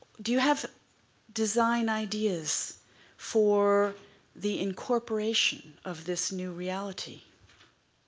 do you have design ideas for the incorporation of this new reality?